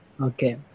Okay